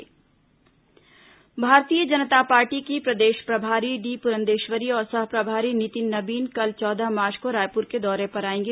भाजपा बैठक भारतीय जनता पार्टी की प्रदेश प्रभारी डी पुरंदेश्वरी और सह प्रभारी नितिन नबीन कल चौदह मार्च को रायपुर के दौरे पर आएंगे